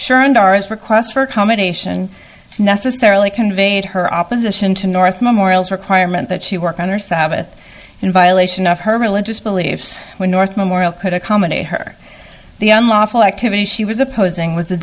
sure and doris request for comment ation necessarily conveyed her opposition to north memorial's requirement that she work on her sabbath in violation of her religious beliefs when north memorial could accommodate her the unlawful activity she was opposing was the